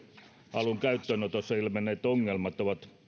alun käyttöönotossa ilmenneet ongelmat ovat